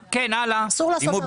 אני לא יודע מה זה מפצה את עצמו.